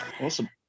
Awesome